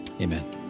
Amen